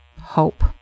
hope